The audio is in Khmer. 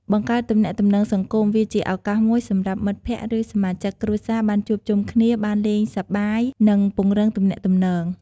បង្កើតទំនាក់ទំនងសង្គម វាជាឱកាសមួយសម្រាប់មិត្តភក្តិ ឬសមាជិកគ្រួសារបានជួបជុំគ្នា បានលេងសប្បាយ និងពង្រឹងទំនាក់ទំនង។